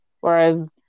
Whereas